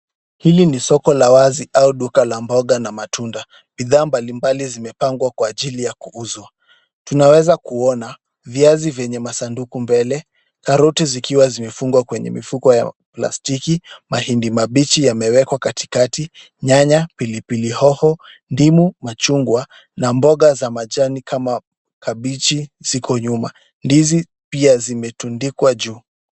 Hili ni soko la wazi au duka la mboga na matunda. Bidhaa mbalimbali zimepangwa kwa ajili ya kuuzwa. Tunaweza kuona viazi vyenye masanduku mbele, karoti zikiwa zimefungwa kwenye mifuko ya plastiki, mahindi mabichi yamewekwa katikati, nyanya, pilipili hoho, ndimu, machungwa na mboga za majani kama kabeji ziko nyuma. Ndizi pia zimetundikwa juu.